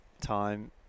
time